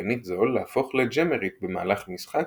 לשחקנית זו להפוך לג'אמרית במהלך המשחק,